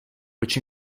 which